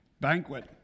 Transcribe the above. Banquet